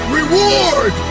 reward